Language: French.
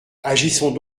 agissons